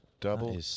Double